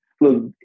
Look